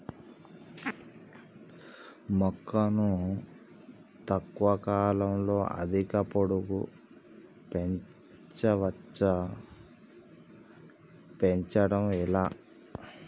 మొక్కను తక్కువ కాలంలో అధిక పొడుగు పెంచవచ్చా పెంచడం ఎలా?